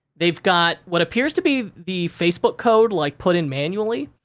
they've got what appears to be the facebook code, like, put in manually,